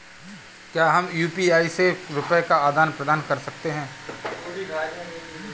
क्या हम यू.पी.आई से रुपये का आदान प्रदान कर सकते हैं?